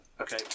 okay